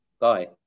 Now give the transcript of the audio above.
Bye